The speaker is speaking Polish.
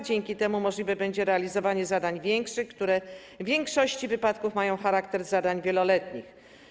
Dzięki temu możliwe będzie realizowanie zadań większych, które w większości wypadków mają charakter zadań wieloletnich.